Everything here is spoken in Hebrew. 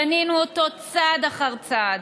בנינו אותו צעד אחד צעד,